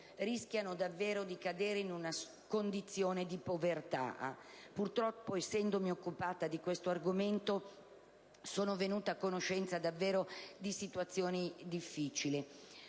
rischiano davvero di cadere in una condizione di povertà. Purtroppo, essendomi occupata di questo argomento, sono venuta a conoscenza di situazioni davvero difficili.